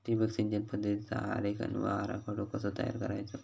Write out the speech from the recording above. ठिबक सिंचन पद्धतीचा आरेखन व आराखडो कसो तयार करायचो?